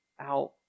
out